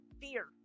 fear